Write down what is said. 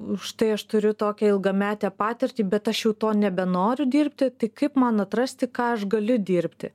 užtai aš turiu tokią ilgametę patirtį bet aš jau to nebenoriu dirbti tik kaip man atrasti ką aš galiu dirbti